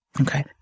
Okay